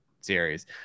series